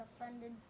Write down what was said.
offended